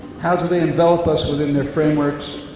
how do they envelop us within their frameworks?